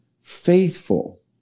faithful